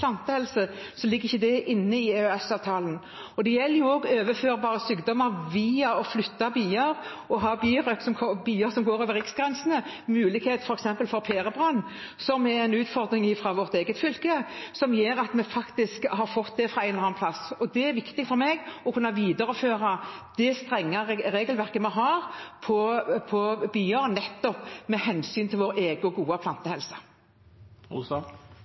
inne i EØS-avtalen. Det gjelder jo også overførbare sykdommer. Å flytte bier og å ha bier som går over riksgrensene, gir mulighet for f.eks. pærebrann, som er en utfordring i vårt eget fylke, hvor vi faktisk har fått det fra et eller annet sted. Det er viktig for meg å kunne videreføre det strenge regelverket vi har for bier, nettopp med hensyn til vår egen, gode